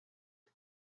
for